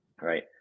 right